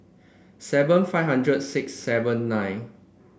seven five hundred six seven nine